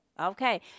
okay